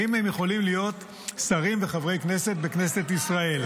האם הם יכולים להיות שרים וחברי כנסת בכנסת ישראל?